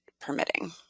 permitting